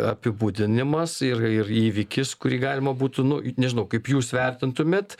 apibūdinimas ir ir įvykis kurį galima būtų nu nežinau kaip jūs vertintumėt